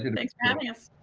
thanks for having us.